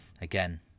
again